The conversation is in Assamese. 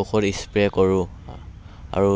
ঔষধ স্প্ৰে' কৰোঁ আৰু